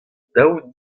daou